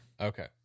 Okay